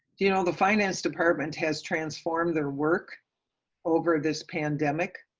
you know the finance department has transformed their work over this pandemic.